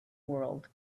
world